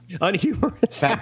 Unhumorous